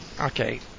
Okay